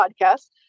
podcast